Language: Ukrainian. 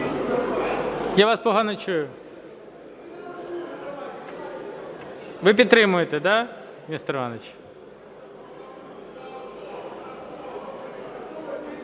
Я вас погано чую. Ви підтримуєте, да, Нестор Іванович?